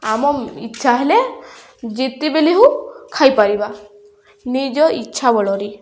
ଆମ ଇଚ୍ଛା ହେଲେ ଯେତେବେଳେ ହଉ ଖାଇପାରିବା ନିଜ ଇଚ୍ଛା ବଳରେ